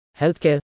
healthcare